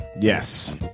Yes